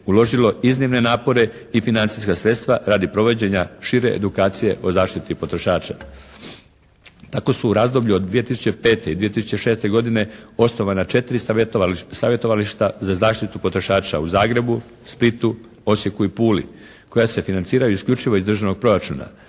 uložilo iznimne napore i financijska sredstva radi provođenja šire edukacije o zaštiti potrošača. Tako su u razdoblju od 2005. i 2006. godine osnovana 4 savjetovališta za zaštitu potrošača u Zagrebu, Splitu, Osijeku i Puli koja se financiraju isključivo iz državnog proračuna,